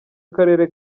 akarere